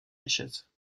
richesses